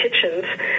kitchens